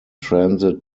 transit